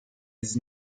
his